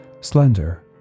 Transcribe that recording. slender